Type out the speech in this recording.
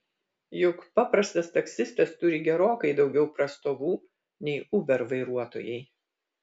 juk paprastas taksistas turi gerokai daugiau prastovų nei uber vairuotojai